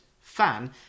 Fan